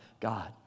God